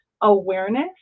awareness